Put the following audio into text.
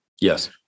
Yes